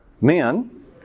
men